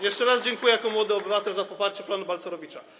Jeszcze raz dziękuję, jako młody obywatel, za poparcie planu Balcerowicza.